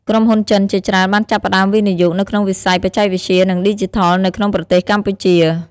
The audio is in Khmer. ក្រុមហ៊ុនចិនជាច្រើនបានចាប់ផ្តើមវិនិយោគនៅក្នុងវិស័យបច្ចេកវិទ្យានិងឌីជីថលនៅក្នុងប្រទេសកម្ពុជា។